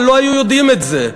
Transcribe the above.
אבל לא היו יודעים את זה,